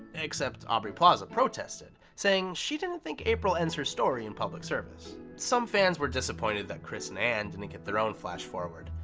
except aubrey plaza protested, saying she didn't think april ends her story in public service. some fans were disappointed that chris and ann didn't get their own flash forward.